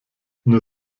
nur